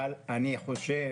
אבל אני חושב